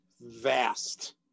vast